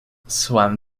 swam